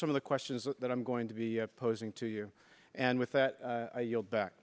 some of the questions that i'm going to be posing to you and with that you'll back